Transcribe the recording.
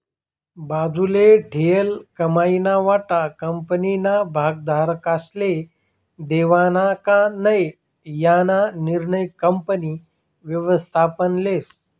बाजूले ठीयेल कमाईना वाटा कंपनीना भागधारकस्ले देवानं का नै याना निर्णय कंपनी व्ययस्थापन लेस